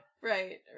right